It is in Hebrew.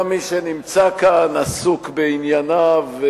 גם מי שנמצא כאן עסוק בענייניו.